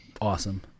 Awesome